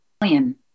million